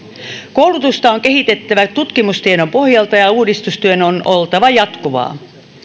koulutusta on kehitettävä tutkimustiedon pohjalta ja uudistustyön on oltava jatkuvaa